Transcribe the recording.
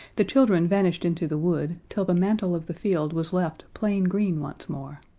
the children vanished into the wood, till the mantle of the field was left plain green once more.